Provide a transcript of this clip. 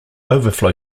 overflow